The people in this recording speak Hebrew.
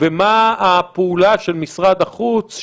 ומה הפעולה של משרד החוץ,